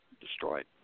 destroyed